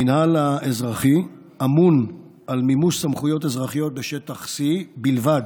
המינהל האזרחי אמון על מימוש סמכויות אזרחיות בשטח C בלבד,